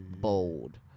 bold